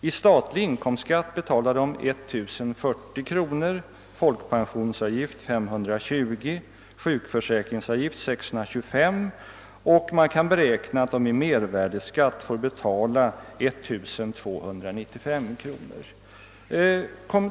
I statlig inkomstskatt betalar den 1 040 kr., i folkpensionsavgift 520 kr. och i sjukförsäkringsavgift 625 kr. Man kan vidare beräkna att den i mervärdeskatt får betala 1295 kr.